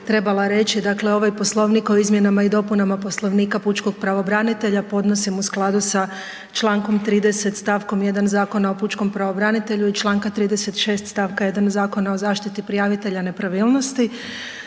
trebala reći, dakle ovaj Poslovnik o izmjenama i dopunama Poslovnika pučkog pravobranitelja podnosim u skladu sa čl. 30. stavkom 1. Zakona o pučkom pravobranitelju i čl. čl. 36. stavka 1. Zakona o zaštiti prijavitelja nepravilnosti.